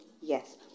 Yes